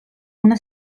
una